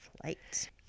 flight